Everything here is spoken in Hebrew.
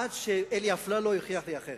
עד שאלי אפללו יוכיח לי אחרת.